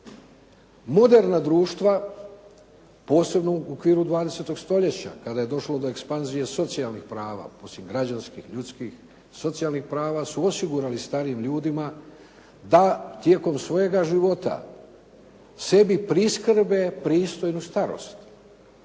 Moderna društva posebno u okviru 20. stoljeća kada je došlo do ekspanzije socijalnih prava … /Govornik se ne razumije./ … građanskih, ljudskih, socijalnih prava su osigurali starim ljudima da tijekom svojega života sebi priskrbe pristojnu starost.